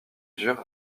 dur